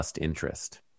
interest